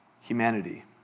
humanity